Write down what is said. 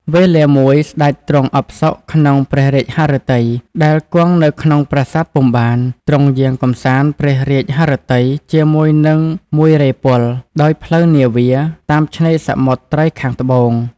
វេលាមួយ សេ្តចទ្រង់អផ្សុកក្នុងព្រះរាជហឫទ័យដែលគង់នៅក្នុងប្រាសាទពុំបាន ទ្រង់យាងកម្សាន្តព្រះរាជហឫទ័យជាមួយនឹងមួយរេហ៍ពល ដោយផ្លូវនាវា តាមឆេ្នរសមុទ្រត្រើយខាងត្បូង។